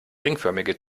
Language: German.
ringförmige